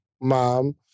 mom